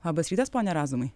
labas rytas pone razumai